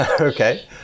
Okay